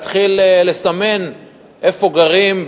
להתחיל לסמן איפה גרים,